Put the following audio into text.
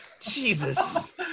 Jesus